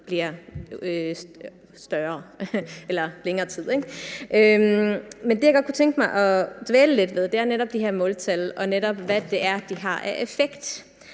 bliver længere. Men det, jeg godt kunne tænke mig at dvæle lidt ved, er netop de her måltal, og hvad de har af effekt.